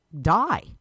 die